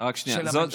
רק שנייה,